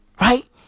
right